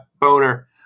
boner